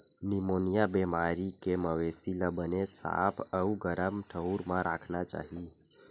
pneumonia बेमारी के मवेशी ल बने साफ अउ गरम ठउर म राखना चाही